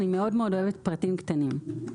אני מאוד-מאוד אוהבת פרטים קטנים.